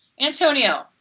Antonio